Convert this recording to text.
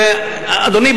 אדוני,